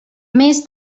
més